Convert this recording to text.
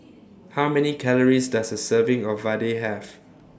How Many Calories Does A Serving of Vadai Have